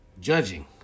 Judging